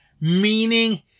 Meaning